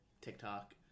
tiktok